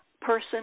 person